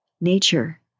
nature